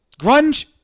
grunge